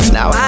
Now